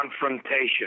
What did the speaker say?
confrontation